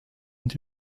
und